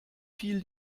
viel